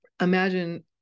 Imagine